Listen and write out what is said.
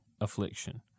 affliction